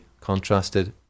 contrasted